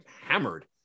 hammered